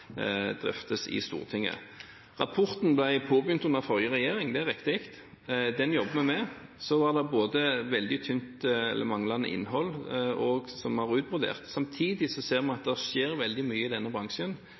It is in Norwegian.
drøftes i Stortinget. Rapporten ble påbegynt under forrige regjering – det er riktig. Den jobber vi med. Det var manglende innhold, som vi har utbrodert. Samtidig ser vi at det skjer veldig mye i denne bransjen